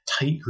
tight